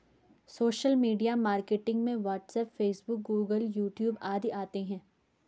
social media marketing में WhatsApp Facebook Google YouTube आदि आते है